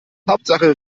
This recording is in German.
hauptsache